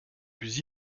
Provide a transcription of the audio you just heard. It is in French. plus